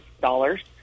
dollars